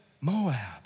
Moab